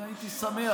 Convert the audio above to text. הייתי שמח,